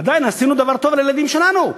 עדיין עשינו דבר טוב לילדים שלנו.